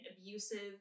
abusive